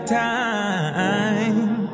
time